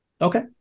Okay